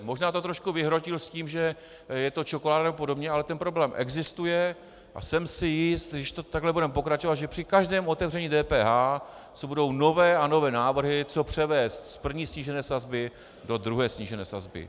Možná to trošku vyhrotil s tím, že je to čokoláda nebo podobně, ale ten problém existuje a jsem si jist, když takhle budeme pokračovat, že při každém otevření DPH budou nové a nové návrhy, co převést z první snížené sazby do druhé snížené sazby.